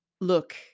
look